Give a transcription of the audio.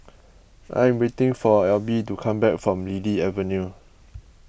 I am waiting for Alby to come back from Lily Avenue